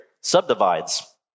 subdivides